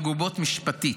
מגובות משפטית.